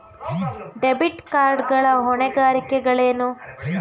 Debit card ಗಳ ಹೊಣೆಗಾರಿಕೆಗಳೇನು?